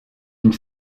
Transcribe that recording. une